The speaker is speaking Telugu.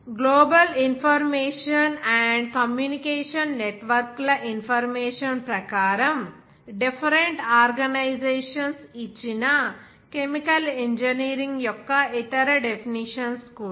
గ్లోబల్ ఇన్ఫర్మేషన్ అండ్ కమ్యూనికేషన్ నెట్వర్క్ల ఇన్ఫర్మేషన్ ప్రకారం డిఫరెంట్ ఆర్గనైజేషన్స్ ఇచ్చిన కెమికల్ ఇంజనీరింగ్ యొక్క ఇతర డెఫినిషన్స్ కూడా